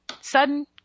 sudden